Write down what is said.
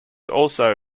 also